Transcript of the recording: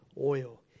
oil